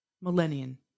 Millennium